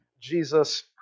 Jesus